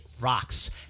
rocks